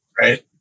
Right